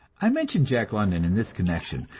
i mention jack london in this connection,